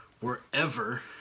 wherever